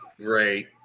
Great